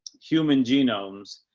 human genomes.